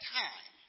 time